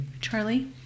Charlie